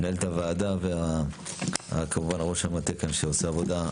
מנהלת הוועדה וכמובן ראש המטה כאן שעושה עבודה.